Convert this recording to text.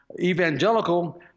evangelical